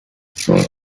smith